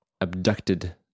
abducted